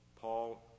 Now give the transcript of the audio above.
Paul